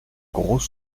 gros